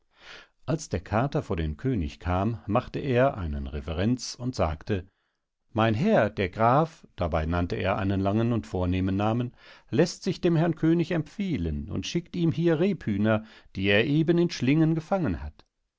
als der kater vor den könig kam machte er einen reverenz und sagte mein herr der graf dabei nannte er einen langen und vornehmen namen läßt sich dem herrn könig empfehlen und schickt ihm hier rebhühner die er eben in schlingen gefangen hat